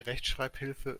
rechtschreibhilfe